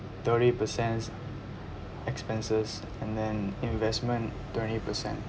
thirty percent expenses and then investment twenty percent